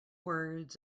words